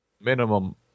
minimum